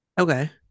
Okay